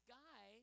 guy